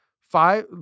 five